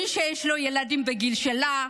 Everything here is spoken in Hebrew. תחשבו, תדמיינו, למי שיש ילדים בגיל שלה,